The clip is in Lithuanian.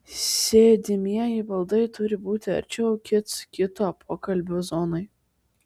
sėdimieji baldai turi būti arčiau kits kito pokalbių zonai